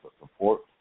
support